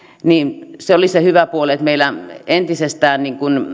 niin se oli se hyvä puoli siinä että meillä entisestään